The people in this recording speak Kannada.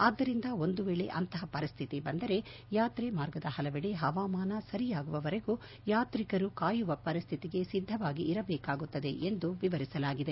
ಆದ್ದರಿಂದ ಒಂದು ವೇಳೆ ಅಂತಹ ಪರಿಸ್ಲಿತಿ ಬಂದರೆ ಯಾತ್ರೆ ಮಾರ್ಗದ ಹಲವೆಡೆ ಹವಾಮಾನ ಸರಿಯಾಗುವವರೆಗೂ ಯಾತ್ರಿಕರು ಕಾಯುವ ಪರಿಸ್ಲಿತಿಗೆ ಸಿದ್ದವಾಗಿರಬೇಕಾಗುತ್ತದೆ ಎಂದು ವಿವರಿಸಲಾಗಿದೆ